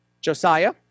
Josiah